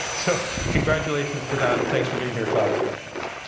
so congratulations to that, and thanks for being here, clive.